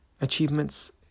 achievements